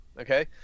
okay